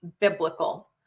biblical